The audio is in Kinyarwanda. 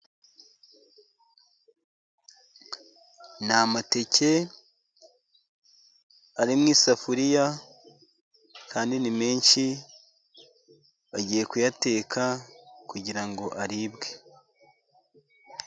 Ni amateke ari mu isafuriya kandi ni menshi, bagiye kuyateka kugira ngo aribwe.